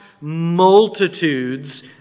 multitudes